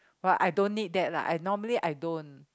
but I don't need that lah I normally I don't